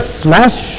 flesh